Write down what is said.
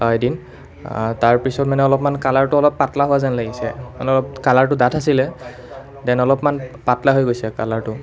এদিন তাৰ পিছত মানে অলপমান কালাৰটো অলপ পাতলা হোৱা যেন লাগিছে মানে কালাৰটো ডাঠ আছিলে ডেন অলপমান পাতলা হৈ গৈছে কালাৰটো